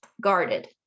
guarded